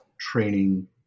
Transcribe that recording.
training